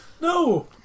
No